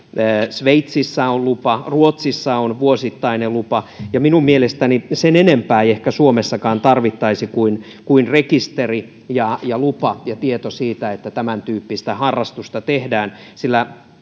sveitsissä on lupa ruotsissa on vuosittainen lupa ja minun mielestäni sen enempää ei ehkä suomessakaan tarvittaisi kuin kuin rekisteri ja ja lupa ja tieto siitä että tämäntyyppistä harrastusta tehdään sillä